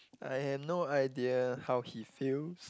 I have no idea how he feels